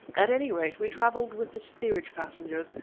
at any rate we travelled with the steerage passengers,